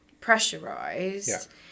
pressurized